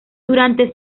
durante